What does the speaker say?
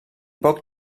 poc